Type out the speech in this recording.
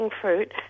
fruit